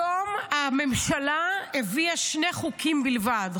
היום הממשלה הביאה שני חוקים בלבד.